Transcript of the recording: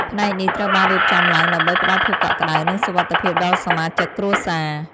ផ្នែកនេះត្រូវបានរៀបចំឡើងដើម្បីផ្តល់ភាពកក់ក្តៅ និងសុវត្ថិភាពដល់សមាជិកគ្រួសារ ។